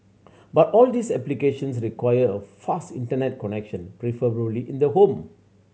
but all these applications require a fast Internet connection preferably in the home